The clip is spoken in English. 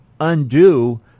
undo